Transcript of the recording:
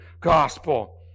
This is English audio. gospel